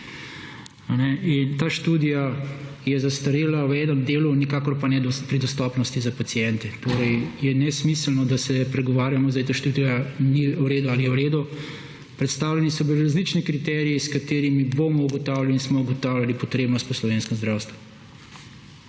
ta študija je zastarela v enem delu, nikakor pa ne pri dostopnosti za paciente. Torej je nesmiselno, da se pregovarjamo zdaj, da študija ni v redu ali je v redu. Predstavljeni so bili različni kriteriji, s katerimi bomo ugotavljali in smo ugotavljali potrebnost v slovenskem zdravstvu.